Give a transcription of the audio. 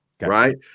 right